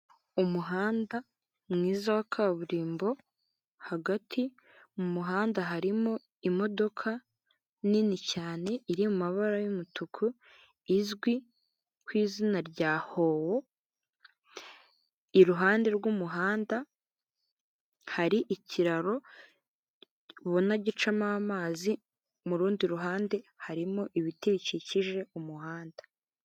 Umuhanda mwiza wa kaburimbo hagati mu muhanda harimo imodoka nini cyane iri mabara y'umutuku izwi ku izina rya howo, iruhande rw'umuhanda hari ikiraro ubona gicamo amazi mu rundi ruhande harimo ibiti bikikije umuhanda.